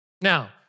Now